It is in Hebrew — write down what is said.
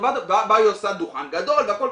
חברת הטבק באה עושה דוכן גדול והכל,